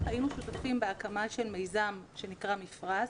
היינו שותפים בהקמה של מיזם שנקרא "מפרש",